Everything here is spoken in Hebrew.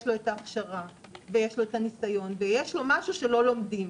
לו את ההכשרה ויש לו את הניסיון ויש לו משהו שלא לומדים,